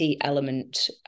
element